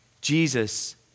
Jesus